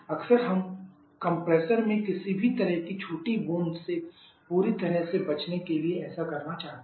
अक्सर हम कंप्रेसर में किसी भी तरह की छोटी बूंद से पूरी तरह से बचने के लिए ऐसा करना चाहते हैं